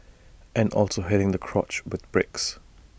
and also hitting the crotch with bricks